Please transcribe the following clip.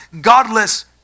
godless